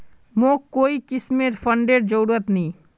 मोक कोई किस्मेर फंडेर जरूरत नी